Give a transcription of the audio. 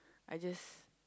I just